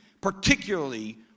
particularly